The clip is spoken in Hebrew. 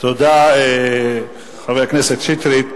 תודה, חבר הכנסת שטרית.